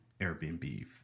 Airbnb